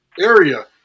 area